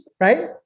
Right